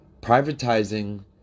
Privatizing